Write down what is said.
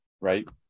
Right